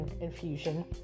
infusion